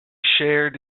shared